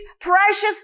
precious